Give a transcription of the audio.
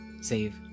save